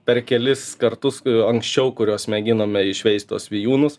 per kelis kartus k anksčiau kuriuos mėginome išveist tuos vijūnus